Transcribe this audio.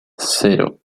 cero